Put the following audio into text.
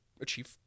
achieve